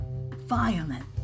violent